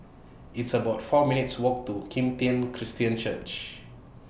It's about four minutes' Walk to Kim Tian Christian Church